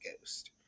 ghost